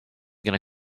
gonna